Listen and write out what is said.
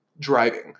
Driving